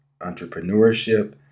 entrepreneurship